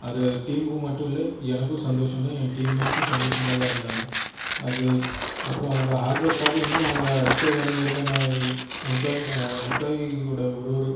அது டீமுக்கு மட்டும் இல்லை எனக்கும் சந்தோஷம் தான் என் டீம்மெட்ஸ்ஸும் சந்தோஷமாக தான் இருந்தாங்க அது அப்புறம் அவங்க ஹார்டு ஒர்க்காக இன்னும் அவங்க அடுத்த ஒன் இயர்கான எம்ப்ளாயியோடய ஒரு ஒரு